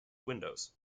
windows